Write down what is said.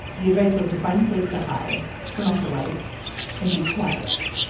the advice was to find a place to hide. turn off the lights and be quiet.